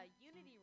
Unity